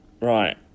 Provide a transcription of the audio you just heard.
Right